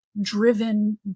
driven